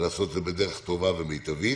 ולעשות את זה בדרך טובה ומיטבית.